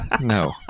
No